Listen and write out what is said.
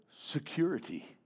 security